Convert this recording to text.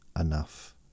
enough